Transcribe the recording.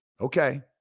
Okay